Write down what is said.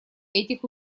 этих